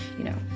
you know